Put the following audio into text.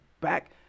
back